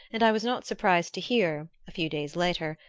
and i was not surprised to hear, a few days later,